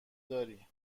داری